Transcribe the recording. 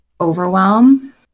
overwhelm